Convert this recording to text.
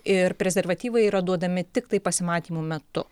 ir prezervatyvai yra duodami tiktai pasimatymų metu